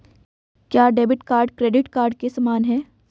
क्या debit card credit card के समान है?